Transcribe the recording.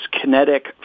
kinetic